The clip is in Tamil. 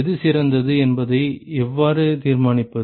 எது சிறந்தது என்பதை எவ்வாறு தீர்மானிப்பது